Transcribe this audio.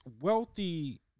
wealthy